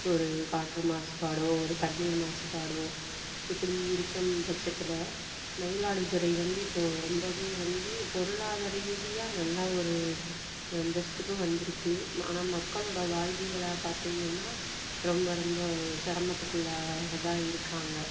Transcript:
ஒரு காற்று மாசுபாடோ ஒரு தண்ணீர் மாசுபாடோ இப்படி இருக்க பச்சத்தில் மயிலாடுதுறை வந்து இப்போ ரொம்பவே வந்து பொருளாதார ரீதியாக நல்ல ஒரு அந்தஸ்துக்கும் வந்துருக்கு ஆனால் மக்களோட வாழ்வியலை பார்த்திங்கன்னா ரொம்ப ரொம்ப சிரமத்துக்கு உள்ளாகதான் இருக்காங்க